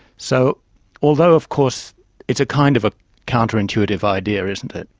so although of course it's a kind of a counterintuitive idea, isn't it,